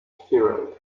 furrow